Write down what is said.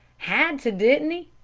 had to, didn't he?